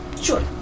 Sure